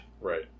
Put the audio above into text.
Right